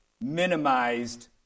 minimized